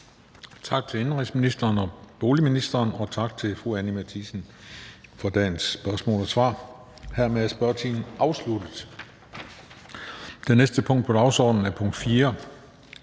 Tak til indenrigs- og boligministeren, og tak til fru Anni Matthiesen for dagens spørgsmål og svar. Hermed er spørgetimen afsluttet. --- Det næste punkt på dagsordenen er: 4)